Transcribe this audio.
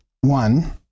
One